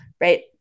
right